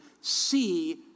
see